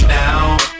now